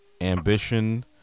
ambition